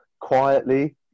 quietly